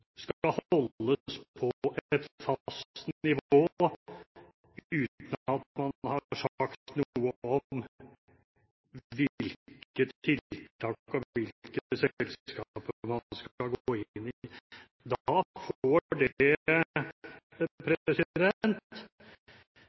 holdes på et fast nivå uten at man har sagt noe om hvilke tiltak og hvilke selskaper man skal gå inn i. Da får det